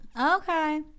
Okay